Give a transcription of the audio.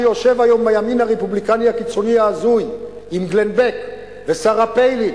שיושב היום בימין הרפובליקני הקיצוני ההזוי עם גלן בק ושרה פיילין